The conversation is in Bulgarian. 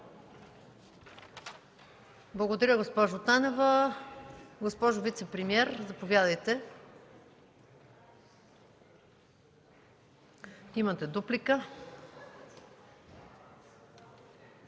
Благодаря, госпожо Танева. Госпожо вицепремиер, заповядайте – имате дуплика.